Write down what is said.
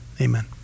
amen